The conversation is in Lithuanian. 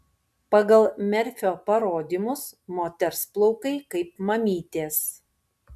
pagal merfio parodymus moters plaukai kaip mamytės